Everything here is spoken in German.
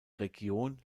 region